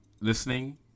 listening